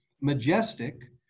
Majestic